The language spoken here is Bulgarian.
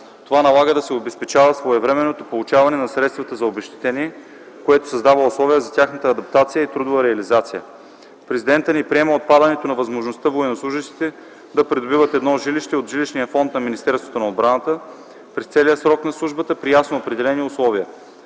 Това налага да се обезпечава своевременното получаване на средствата за обезщетение, което създава условия за тяхната адаптация и трудова реализация. Президентът не приема отпадането на възможността военнослужещите да придобиват едно жилище от жилищния фонд на Министерството на отбраната през целия срок на службата при ясно определени условия.